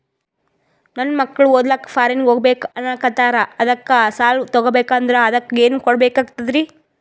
ನನ್ನ ಮಕ್ಕಳು ಓದ್ಲಕ್ಕ ಫಾರಿನ್ನಿಗೆ ಹೋಗ್ಬಕ ಅನ್ನಕತ್ತರ, ಅದಕ್ಕ ಸಾಲ ತೊಗೊಬಕಂದ್ರ ಅದಕ್ಕ ಏನ್ ಕೊಡಬೇಕಾಗ್ತದ್ರಿ?